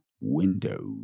Windows